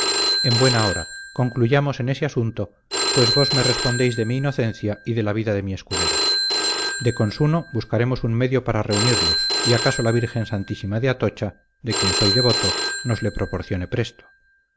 en buen hora concluyamos en ese asunto pues vos me respondéis de mi inocencia y de la vida de mi escudero de consuno buscaremos un medio para reunirlos y acaso la virgen santísima de atocha de quien soy devoto nos le proporcione presto